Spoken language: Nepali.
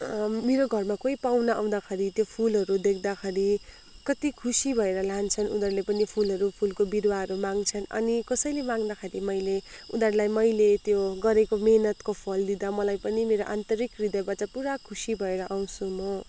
मेरो घरमा कोही पाउना आउँदाखेरि त्यो फुलहरू देख्दाखेरि कति खुसी भएर लान्छन् उनीहरूले पनि फुलहरू फुलको बिरुवाहरू माँग्छन् अनि कसैले माँग्दाखेरि मैले उनीहरूलाई मैले त्यो गरेको मेहनतको फल दिँदा मलाई पनि मेरो आन्तरिक हृदयबाट पूरा खुसी भएर आउँछु म